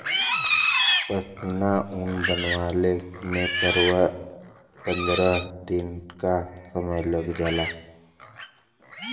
पश्मीना ऊन बनवले में पनरह दिन तक लग जाला